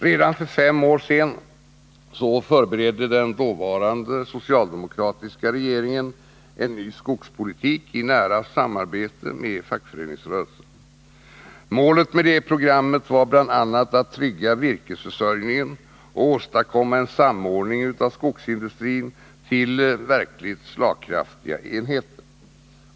Redan för fem år sedan förberedde den dåvarande socialdemokratiska regeringen en ny skogspolitik i nära samarbete med fackföreningsrörelsen. Målet med programmet var bl.a. att trygga virkesförsörjningen och åstadkomma en samordning av skogsindustrin till verkligt slagkraftiga enheter.